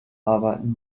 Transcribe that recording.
arbeiten